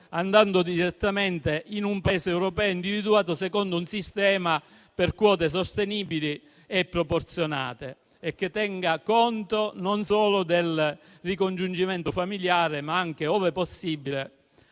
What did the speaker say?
andando direttamente in un Paese europeo individuato secondo un sistema per quote sostenibili e proporzionate, che tenga conto non solo del ricongiungimento familiare, ma anche, ove possibile,